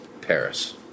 Paris